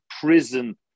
prison